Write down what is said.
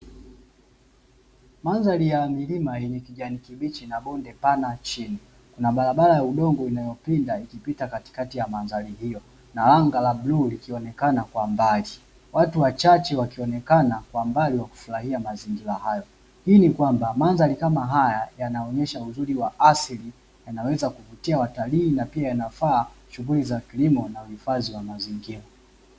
Mandhari ya milima yenye kijani kibichi na bonde pana chini. Kuna barabara ya udongo inayopinda, ikipita katikati ya mandhari hiyo na anga la bluu likionekana kwa mbali. Watu wachache wakionekana kwa mbali, wakifurahia mazingira hayo. Hii ni kwamba mandhari kama haya yanaonyesha uzuri wa asili, yanaweza kuvutia watalii na pia yanafaa shughuli za kilimo na uhifadhi wa mazingira.